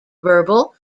verbal